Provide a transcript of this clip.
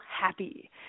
happy